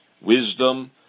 wisdom